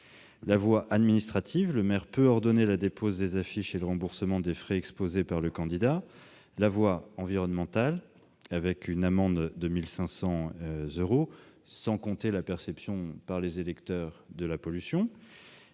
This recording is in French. la voie administrative, le maire peut ordonner la dépose des affiches et le remboursement des frais exposés par le candidat ; la voie environnementale, avec une amende de 1 500 euros, sans compter la perception par les électeurs de la pollution